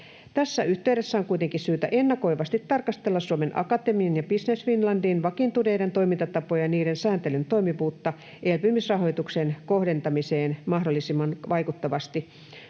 Tässä yhteydessä on kuitenkin syytä ennakoivasti tarkastella Suomen Akatemian ja Business Finlandin vakiintuneiden toimintatapojen ja niiden sääntelyn toimivuutta elpymisrahoituksen kohdentamiseen mahdollisimman vaikuttavasti